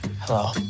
hello